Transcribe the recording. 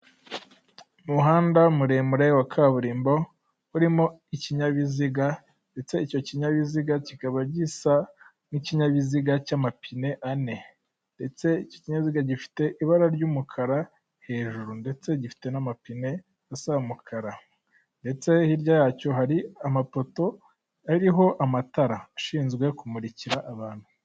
Umuhanda muremure wa kaburimbo urimo ikinyabiziga ndetse icyo kinyabiziga kikaba gisa nk'ikinyabiziga cy'amapine ane, ndetse icyo knyabiziga gifite ibara ry'umukara hejuru ndetse gifite n'amapine asa umukara ndetse hirya yacyo hari amapoto ariho amatara ashinzwe kumurikira abantu.